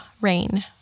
Rain